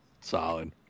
Solid